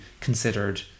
considered